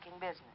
business